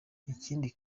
ikindi